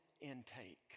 intake